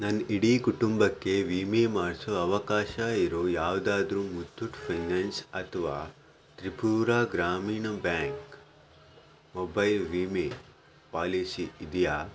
ನನ್ನ ಇಡೀ ಕುಟುಂಬಕ್ಕೆ ವಿಮೆ ಮಾಡಿಸೋ ಅವಕಾಶ ಇರೊ ಯಾವುದಾದ್ರು ಮುತ್ತೂಟ್ ಫೈನಾನ್ಸ್ ಅಥವಾ ತ್ರಿಪುರ ಗ್ರಾಮೀಣ್ ಬ್ಯಾಂಕ್ ಮೊಬೈಲ್ ವಿಮೆ ಪಾಲಿಸಿ ಇದೆಯಾ